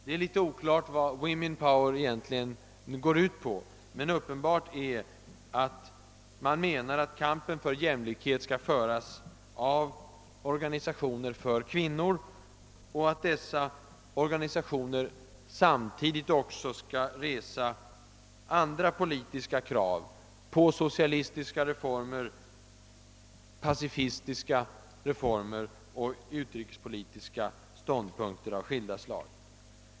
Det är litet oklart vad Woman Power egentligen går ut på, men uppenbart menar man att kampen för jämlikhet skall föras av organisationer för enbart kvinnor och att dessa organisationer samtidigt skall resa andra politiska krav, på socialistiska och pacifistiska reformer, och hävda utrikespolitiska ståndpunkter av skilda slag.